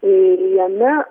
ir jame